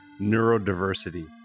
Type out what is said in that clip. neurodiversity